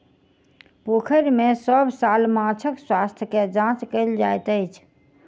पोखैर में सभ साल माँछक स्वास्थ्य के जांच कएल जाइत अछि